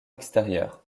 extérieur